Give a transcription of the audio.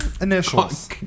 initials